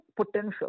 potential